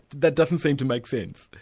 that doesn't seem to make sense.